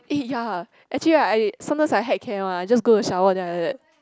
eh ya actually I sometimes I heck care one I just go to shower then I like that